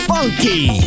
Funky